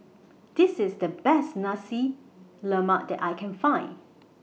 This IS The Best Nasi Lemak that I Can Find